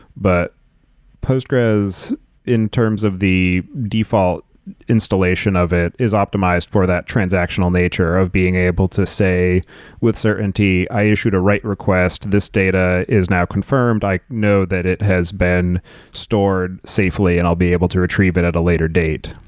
but postgres in terms of the default installation of it is optimized for that transactional nature of being able to say with certainty, i issued a write request. this data is now confirmed. i know that it has been stored safely safely and i'll be able to retrieve it at a later data.